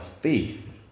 faith